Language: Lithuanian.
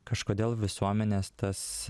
kažkodėl visuomenės tas